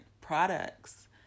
products